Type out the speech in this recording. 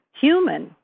human